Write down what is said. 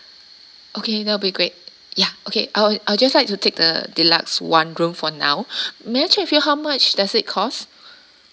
okay that'll be great ya okay I will I'll just like to take the deluxe one room for now may I check with you how much does it cost